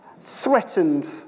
threatened